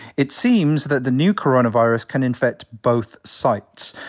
it seems that the new coronavirus can infect both sites.